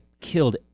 killed